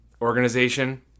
organization